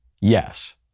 yes